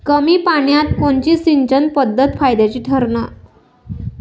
कमी पान्यात कोनची सिंचन पद्धत फायद्याची ठरन?